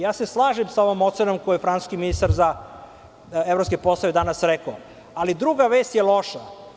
Ja se slažem sa ovom ocenom koju je francuski ministar za evropske poslove danas rekao, ali druga vest je loša.